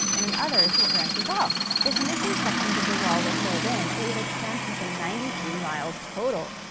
and in others, it branches off. if missing sections of the wall were filled in, it would extend for some ninety three miles total.